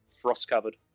frost-covered